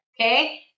Okay